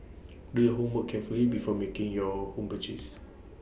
do your homework carefully before making your home purchases